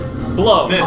Blow